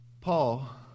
Paul